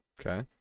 Okay